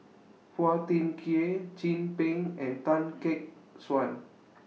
Phua Thin Kiay Chin Peng and Tan Gek Suan